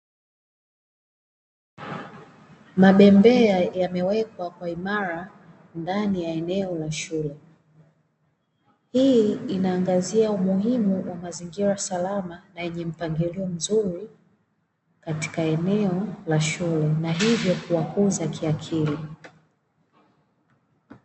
Mabembea yamewekwa kwa uimara ndani ya eneo la shule. Hii inaangazia umuhimu wa mazingira salama na yenye mpangilio mzuri katika eneo la shule na hivyo kuwauza kiakili.